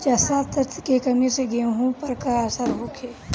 जस्ता तत्व के कमी से गेंहू पर का असर होखे?